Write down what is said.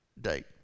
date